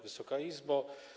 Wysoka Izbo!